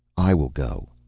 i will go!